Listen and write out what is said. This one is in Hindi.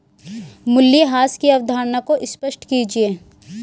मूल्यह्रास की अवधारणा को स्पष्ट कीजिए